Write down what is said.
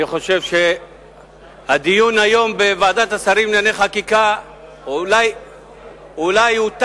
אני חושב שהדיון היום בוועדת השרים לענייני חקיקה אולי תם,